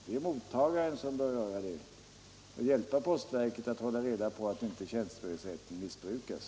Det är mottagaren som bör göra det och hjälpa postverket att hålla reda på att inte tjänstebrevsrätten missbrukas.